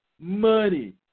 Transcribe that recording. money